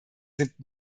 sind